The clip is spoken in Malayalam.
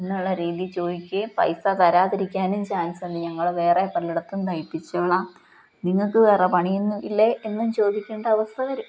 എന്നുള്ള രീതിയില് ചോദിക്കുകയും പൈസ തരാതിരിക്കാനും ചാൻസെന്നു ഞങ്ങള് വേറെ വല്ലയിടത്തും തയ്പ്പിച്ചോളാം നിങ്ങള്ക്കു വേറെ പണിയൊന്നും ഇല്ലേ എന്നും ചോദിക്കേണ്ട അവസ്ഥ വരും